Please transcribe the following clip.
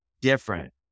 different